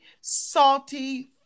salty